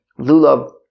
Lulav